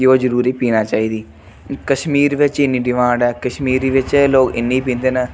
कि ओह् ज़रूरी पीना चाहिदी कश्मीर बिच्च इन्नी डिमांड ऐ कश्मीरी बिच्च लोग इन्नी पींदे न